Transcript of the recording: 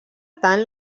tant